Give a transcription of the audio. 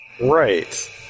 Right